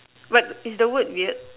but is the word weird